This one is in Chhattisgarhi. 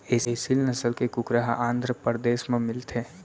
एसील नसल के कुकरा ह आंध्रपरदेस म मिलथे